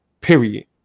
period